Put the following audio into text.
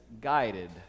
guided